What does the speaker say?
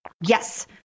yes